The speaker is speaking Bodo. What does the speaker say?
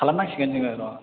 खालामनांसिगोन जोङो र'